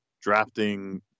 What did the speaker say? drafting